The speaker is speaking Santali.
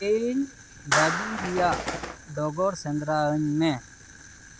ᱤᱧ ᱜᱟᱹᱰᱤ ᱨᱮᱭᱟᱜ ᱰᱚᱜᱚᱨ ᱥᱮᱸᱫᱽᱨᱟ ᱟᱹᱧᱢᱮ